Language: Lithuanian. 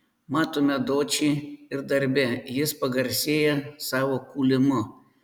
matome dočį ir darbe jis pagarsėja savo kūlimu